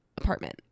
apartment